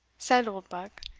said oldbuck,